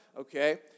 Okay